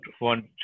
want